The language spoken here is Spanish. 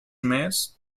mes